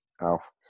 Alf